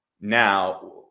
Now